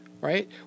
right